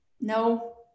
No